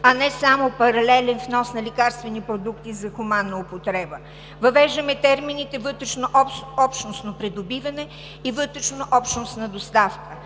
а не само паралелен внос на лекарствени продукти за хуманна употреба. Въвеждаме термините „вътрешнообщностно придобиване“ и „вътрешнообщностна доставка“,